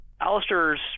Alistair's